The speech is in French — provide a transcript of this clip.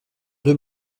deux